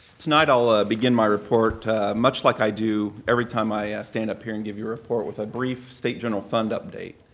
tonight i'll ah begin my report much like i do every time i ah stand up here and give you a report, with a brief state general fund update.